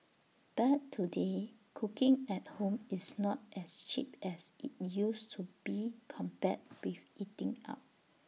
but today cooking at home is not as cheap as IT used to be compared with eating out